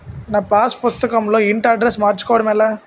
నా పాస్ పుస్తకం లో ఇంటి అడ్రెస్స్ మార్చుకోవటం ఎలా?